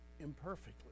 imperfectly